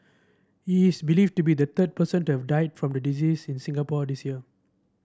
he is believed to be the third person to have died from the disease in Singapore this year